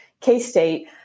K-State